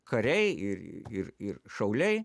kariai ir ir ir šauliai